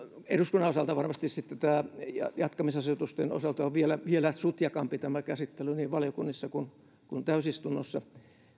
eduskunnan osalta varmasti sitten jatkamisasetusten osalta on vielä vielä sutjakampi tämä käsittely niin valiokunnissa kuin täysistunnossa